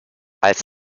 als